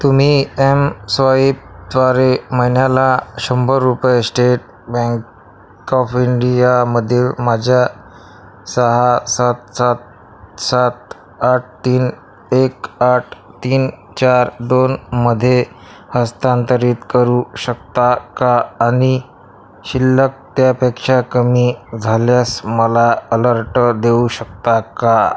तुम्ही एमस्वाईपद्वारे महिन्याला शंभर रुपये स्टेट बँक ऑफ इंडियामधील माझ्या सहा सात सात सात आठ तीन एक आठ तीन चार दोनमध्ये हस्तांतरित करू शकता का आणि शिल्लक त्यापेक्षा कमी झाल्यास मला अलर्ट देऊ शकता का